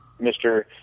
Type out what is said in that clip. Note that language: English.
Mr